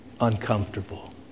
uncomfortable